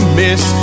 miss